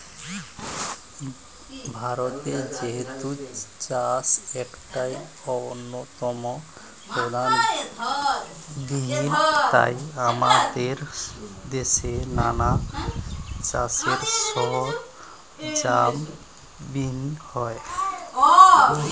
ভারতে যেহেতু চাষ একটা অন্যতম প্রধান বিষয় তাই আমাদের দেশে নানা চাষের সরঞ্জাম বিক্রি হয়